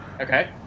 Okay